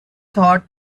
thought